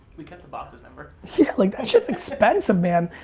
we cut the boxes, remember? yeah, like that shit's expensive, man!